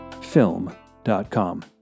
film.com